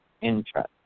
interest